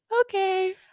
okay